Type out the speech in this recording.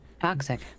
Toxic